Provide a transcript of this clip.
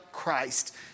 Christ